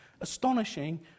astonishing